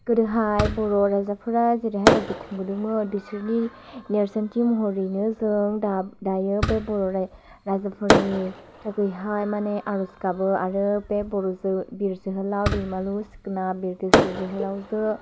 गोदोहाय बर' राजाफोरा जेरैहाय रायजो खुंदोंमोन बिसोरनि नेरसोनथि महरैनो जों दा दायो बे बर' राजाफोरनि हिसाबै हाय माने आरज गाबो आरो बे बर' बिर जोहोलाव दैमालु सिखोना बिरगोस्रि जोहोलावजो